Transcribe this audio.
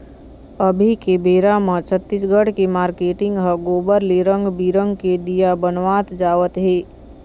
अभी के बेरा म छत्तीसगढ़ के मारकेटिंग ह गोबर ले रंग बिंरग के दीया बनवात जावत हे